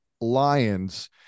Lions